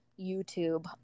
YouTube